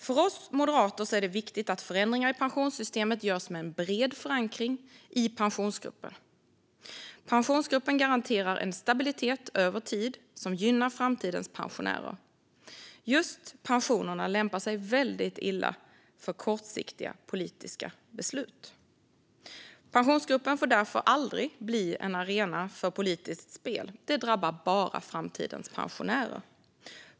För oss moderater är det viktigt att förändringar i pensionssystemet görs med bred förankring i Pensionsgruppen. Pensionsgruppen garanterar en stabilitet över tid som gynnar framtidens pensionärer. Just pensionerna lämpar sig väldigt illa för kortsiktiga politiska beslut. Pensionsgruppen får därför aldrig bli en arena för politiskt spel. Det drabbar bara framtidens pensionärer.